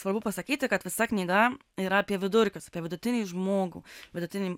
svarbu pasakyti kad visa knyga yra apie vidurkius apie vidutinį žmogų vidutinį